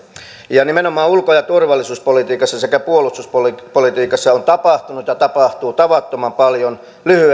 nimenomaan ulko ja turvallisuuspolitiikassa sekä puolustuspolitiikassa on tapahtunut ja tapahtuu tavattoman paljon lyhyen